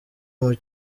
muri